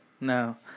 No